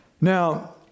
Now